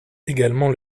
également